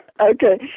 Okay